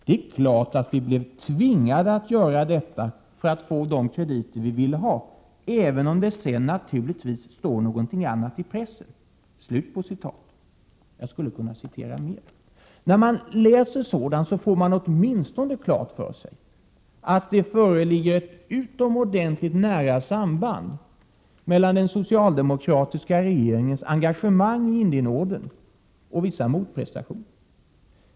Det är klart att vi blev tvingade att göra detta för att få de krediter vi ville ha, även om det sedan naturligtvis står någonting annat i pressen.” Jag skulle kunna citera mera. När man läser sådant, får man åtminstone klart för sig att det föreligger ett utomordentligt nära samband mellan den socialdemokratiska regeringens engagemang i Indienordern och vissa motprestationer.